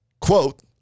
Quote